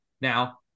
Now